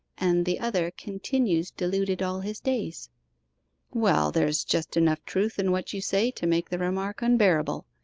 and the other continues deluded all his days well, there's just enough truth in what you say, to make the remark unbearable.